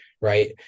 right